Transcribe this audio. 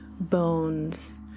bones